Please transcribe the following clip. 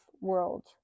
world